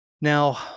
now